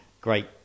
great